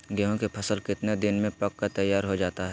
गेंहू के फसल कितने दिन में पक कर तैयार हो जाता है